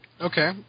Okay